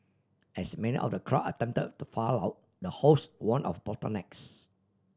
as many of the crowd attempt to file out the host warn of bottlenecks